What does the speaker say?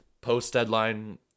post-deadline